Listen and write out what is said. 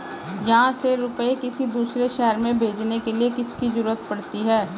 यहाँ से रुपये किसी दूसरे शहर में भेजने के लिए किसकी जरूरत पड़ती है?